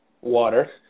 Water